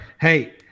Hey